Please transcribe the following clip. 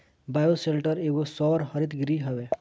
bioshelter एगो सौर हरितगृह हवे